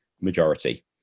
majority